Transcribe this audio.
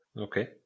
Okay